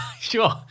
Sure